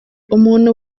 umuntu